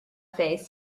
cafe